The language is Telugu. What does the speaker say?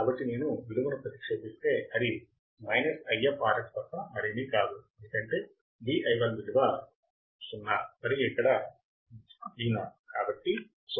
కాబట్టి నేను విలువను ప్రతిక్షేపిస్తే అది IfRf తప్ప మరేమీ కాదు ఎందుకంటే Vi1 విలువ 0 మరియు ఇక్కడ Vo